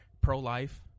pro-life